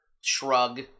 Shrug